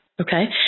okay